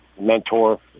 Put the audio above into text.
mentor